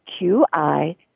qi